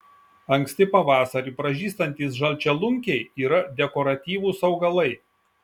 anksti pavasarį pražystantys žalčialunkiai yra dekoratyvūs augalai